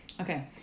okay